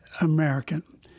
American